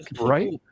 Right